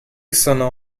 sono